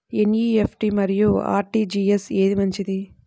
NEFT మరియు RTGS ఏది మంచిది?